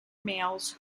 males